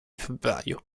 febbraio